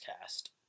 cast